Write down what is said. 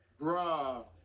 Bruh